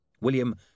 William